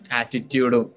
attitude